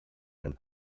and